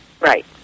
Right